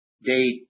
date